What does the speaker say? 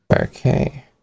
Okay